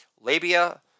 labia